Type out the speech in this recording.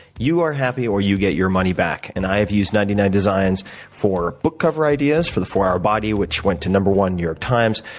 you are happy or you get your money back. and i have used ninety nine designs for book cover ideas for the four hour body, which went to number one new york times,